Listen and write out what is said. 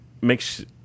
makes